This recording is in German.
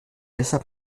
deshalb